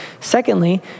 Secondly